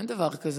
אין דבר כזה,